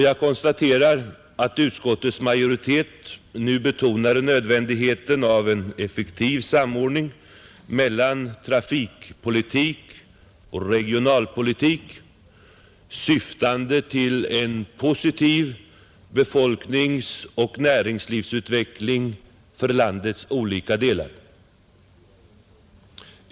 Jag konstaterar att utskottets majoritet nu betonar nödvändigheten av en effektiv samordning mellan trafikpolitik och regionalpolitik, syftande till en positiv befolkningsoch näringslivsutveckling i landets olika delar.